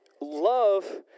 Love